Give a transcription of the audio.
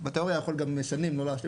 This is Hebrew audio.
בתיאוריה הוא יכול גם שנים לא להשלים